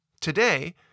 Today